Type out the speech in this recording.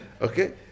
Okay